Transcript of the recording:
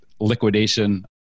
liquidation